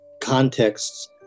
contexts